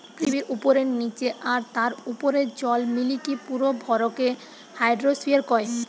পৃথিবীর উপরে, নীচে আর তার উপরের জল মিলিকি পুরো ভরকে হাইড্রোস্ফিয়ার কয়